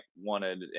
wanted